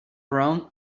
around